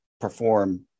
perform